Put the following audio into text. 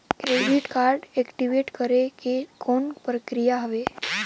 Credit card active करे के कौन प्रक्रिया हवे?